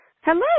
Hello